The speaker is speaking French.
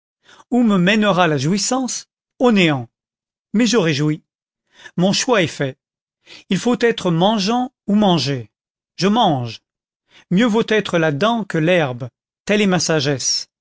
où me mènera la jouissance au néant mais j'aurai joui mon choix est fait il faut être mangeant ou mangé je mange mieux vaut être la dent que l'herbe telle est ma sagesse